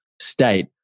state